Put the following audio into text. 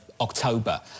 October